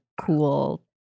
cool